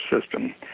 system